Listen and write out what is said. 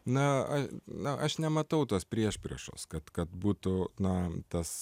na na aš nematau tos priešpriešos kad kad būtų na tas